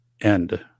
end